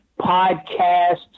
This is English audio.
podcasts